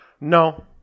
No